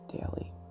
daily